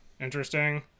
interesting